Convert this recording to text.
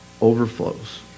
overflows